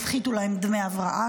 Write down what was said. יפחיתו להם דמי הבראה,